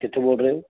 ਕਿੱਥੋਂ ਬੋਲ ਰਹੇ ਹੋ